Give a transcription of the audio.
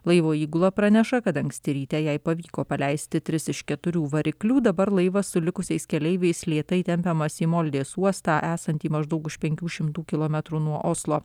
laivo įgula praneša kad anksti ryte jai pavyko paleisti tris iš keturių variklių dabar laivas su likusiais keleiviais lėtai tempiamas į moldės uostą esantį maždaug už penkių šimtų kilometrų nuo oslo